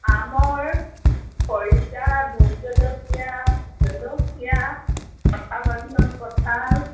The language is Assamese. আমৰ খৰিচা ভোট জলকীয়া জলকীয়া কঁঠালৰ দিনত কঁঠাল